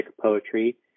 poetry